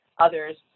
others